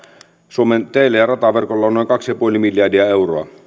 suomen teillä ja rataverkolla on noin kaksi pilkku viisi miljardia euroa